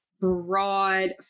broad